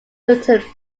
huffington